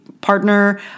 partner